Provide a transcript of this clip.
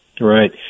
Right